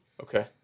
Okay